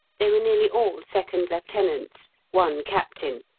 they were nearly all second lieutenants, one captain,